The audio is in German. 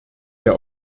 der